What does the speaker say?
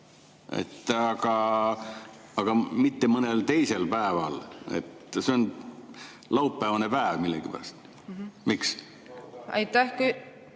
aga mitte mõnel teisel päeval? See on laupäevane päev millegipärast. Miks? Hea